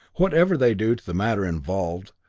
whatever they do to the matter involved,